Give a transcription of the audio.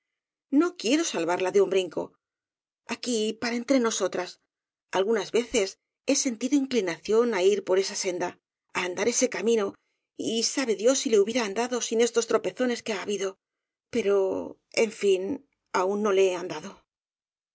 no quiero sal varla de un brinco aquí para entre nosotras al gunas veces he sentido inclinación á ir por esa sen da á andar ese camino y sabe dios si le hubiera andado sin estos tropezones que ha habido pero en fin aun no le he andado